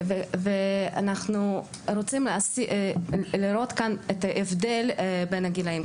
אנחנו רוצים לראות את ההבדל בין הגילאים.